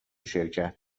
شرکت